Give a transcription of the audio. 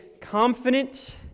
confident